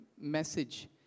message